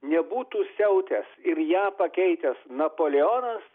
nebūtų siautęs ir ją pakeitęs napoleonas